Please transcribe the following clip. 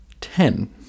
ten